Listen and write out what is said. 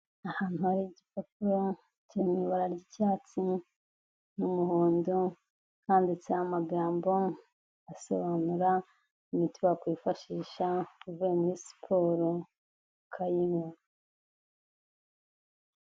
Ahantu hari igipapuro kiri mu ibara ry'icyatsi n'umuhondo, handitse amagambo asobanura imiti wakwifashisha uvuye muri siporo, ukayinywa.